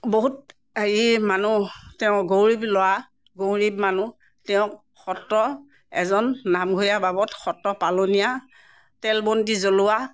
বহুত হেৰি মানুহ তেওঁ গৰীব ল'ৰা গৰীব মানুহ তেওঁক সত্ৰ এজন নামঘৰীয়া বাবদ সত্ৰ পালনীয়া তেল বন্তি জ্বলোৱা